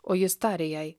o jis tarė jai